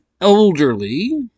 elderly